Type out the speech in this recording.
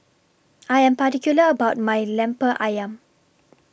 I Am particular about My Lemper Ayam